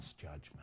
judgment